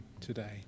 today